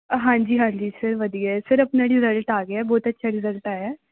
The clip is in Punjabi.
ਹਾਂਜੀ ਹਾਂਜੀ ਸਰ ਵਧੀਆ ਸਰ ਆਪਣਾ ਰਿਜ਼ਲਟ ਆ ਗਿਆ ਬਹੁਤ ਅੱਛਾ ਰਿਜ਼ਲਟ ਆਇਆ